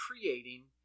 creating